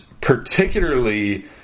particularly